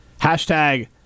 hashtag